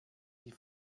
die